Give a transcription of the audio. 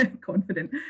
confident